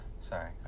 Sorry